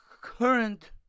current